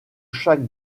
chaque